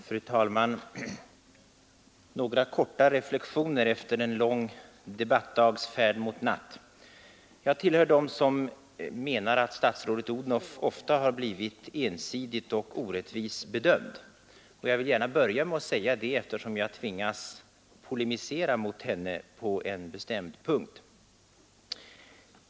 Fru talman! Några korta reflexioner under en lång debattdags färd mot natt. Jag tillhör dem som menar att statsrådet Odhnoff ofta har blivit ensidigt och orättvist bedömd, och jag vill gärna börja med att säga detta eftersom jag tvingas polemisera mot henne på en bestämd punkt.